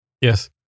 Yes